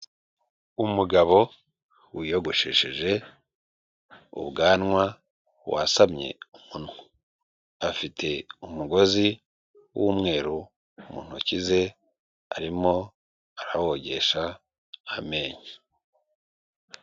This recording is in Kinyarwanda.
Umugabo wiyogoshesheje ubwanwa wasamye umunwa, afite umugozi w'umweru mu ntoki ze, arimo arawogesha amenyo.